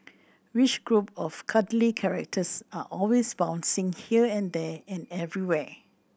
which group of cuddly characters are always bouncing here and there and everywhere